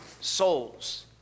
souls